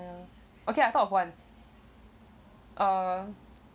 okay I thought of one